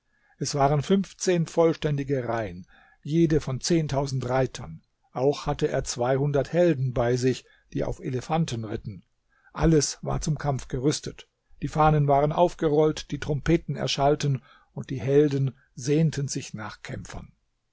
es waren fünfzehn vollständige reihen jede von zehntausend reitern auch hatte er zweihundert helden bei sich die auf elefanten ritten alles war zum kampf gerüstet die fahnen waren aufgerollt die trompeten erschallten und die helden sehnten sich nach kämpfern